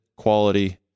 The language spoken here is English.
Quality